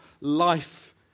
life